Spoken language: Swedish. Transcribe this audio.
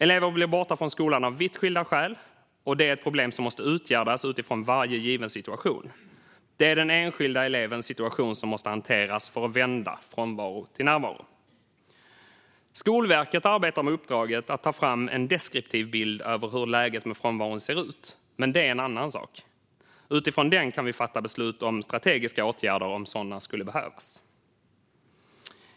Elever blir borta från skolan av vitt skilda skäl, och det är ett problem som måste åtgärdas utifrån varje given situation. Det är den enskilda elevens situation som måste hanteras för att frånvaro ska vändas till närvaro. Skolverket arbetar med uppdraget att ta fram en deskriptiv bild av hur läget med frånvaron ser ut, men det är en annan sak. Utifrån den kan vi fatta beslut om strategiska åtgärder, om sådana skulle behövas.